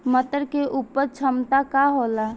मटर के उपज क्षमता का होला?